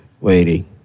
waiting